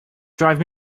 drive